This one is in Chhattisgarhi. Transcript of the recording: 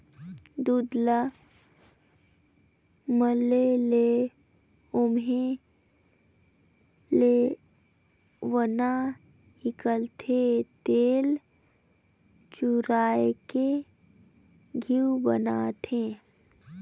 दूद ल मले ले ओम्हे लेवना हिकलथे, जेला चुरायके घींव बनाथे